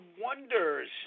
wonders